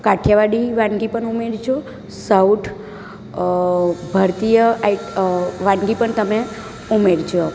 કાઠિયાવાડી વાનગી પણ ઉમેરજો સાઉથ ભારતીય વાનગી પણ તમે ઉમેરજો